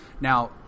Now